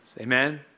Amen